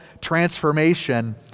transformation